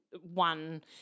one